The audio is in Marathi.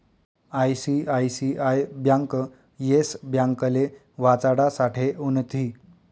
आय.सी.आय.सी.आय ब्यांक येस ब्यांकले वाचाडासाठे उनथी